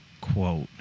quote